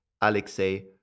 Alexei